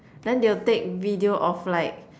then they'll take video of like